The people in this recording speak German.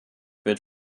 wird